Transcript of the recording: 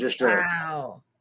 Wow